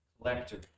collector